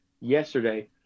yesterday